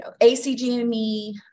ACGME